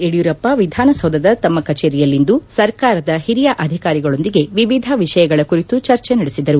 ಯಡಿಯೂರಪ್ಪ ವಿಧಾನಸೌಧದ ತಮ್ನ ಕಚೇರಿಯಲ್ಲಿಂದು ಸರ್ಕಾರದ ಹಿರಿಯ ಅಧಿಕಾರಿಗಳೊಂದಿಗೆ ವಿವಿಧ ವಿಷಯಗಳ ಕುರಿತು ಚರ್ಚೆ ನಡೆಸಿದರು